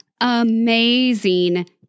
amazing